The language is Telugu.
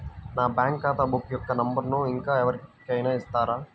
నా బ్యాంక్ ఖాతా బుక్ యొక్క నంబరును ఇంకా ఎవరి కైనా ఇస్తారా?